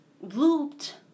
looped